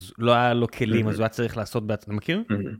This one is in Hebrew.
לא היה לו כלים אז הוא היה צריך לעשות בעצ... מכיר?